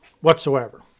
whatsoever